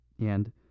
And